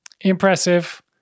impressive